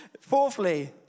Fourthly